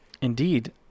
Indeed